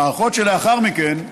המערכות שלאחר מכן,